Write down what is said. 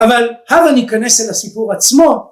אבל הבה ניכנס אל הסיפור עצמו